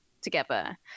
together